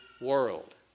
world